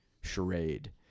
charade